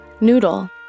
Noodle